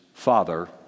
father